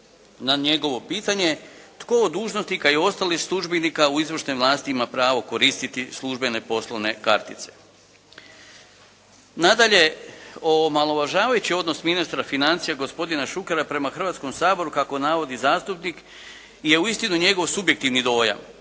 na njegovo pitanje tko od dužnosnika i ostalih službenika u izvršnoj vlasti ima pravo koristiti službene poslovne kartice. Nadalje, omalovažavajući odnos ministra financija gospodina Šukera prema Hrvatskom saboru kako navodi zastupnik je uistinu njegov subjektivni dojam